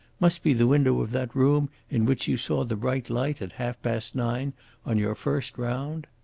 must be the window of that room in which you saw the bright light at half-past nine on your first round?